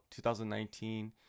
2019